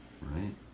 Right